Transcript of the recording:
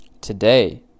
Today